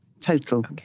total